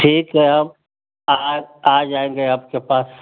ठीक है अब आ आ जाएंगे आपके पास